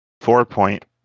four-point